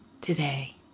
today